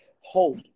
hope